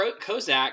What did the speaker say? Kozak